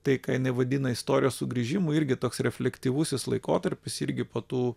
tai ką jinai vadina istorijos sugrįžimui irgi toks refleksyvusis laikotarpis irgi po tų